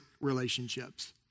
relationships